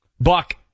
Buck